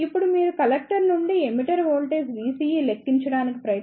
ఇప్పుడు మీరు కలెక్టర్ నుండి ఎమిటర్ వోల్టేజ్ VCE లెక్కించడానికి ప్రయత్నిస్తే